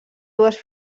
dues